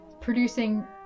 producing